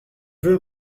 veux